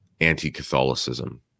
anti-Catholicism